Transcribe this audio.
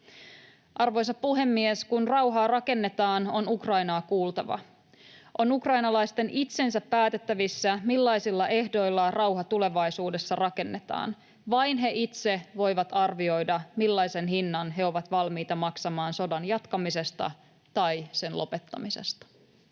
Arvoisa puhemies! Kun rauhaa rakennetaan, on Ukrainaa kuultava. On ukrainalaisten itsensä päätettävissä, millaisilla ehdoilla rauha tulevaisuudessa rakennetaan. Vain he itse voivat arvioida, millaisen hinnan he ovat valmiita maksamaan sodan jatkamisesta tai sen lopettamisesta.